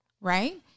right